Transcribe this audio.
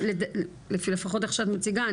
לפחות איך שאת מציגה,